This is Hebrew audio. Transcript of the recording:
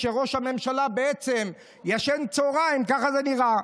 כשראש הממשלה בעצם ישן צוהריים, ככה זה נראה.